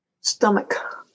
Stomach